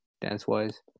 dance-wise